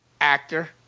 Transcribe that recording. actor